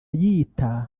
yita